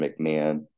McMahon